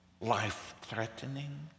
life-threatening